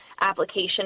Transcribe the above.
application